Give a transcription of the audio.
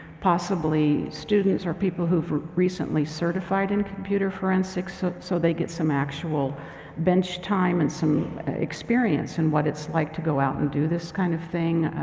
possibly students or people who've recently certified in computer forensics, so they get some actual bench time and some experience in what it's like to go out and do this kind of thing.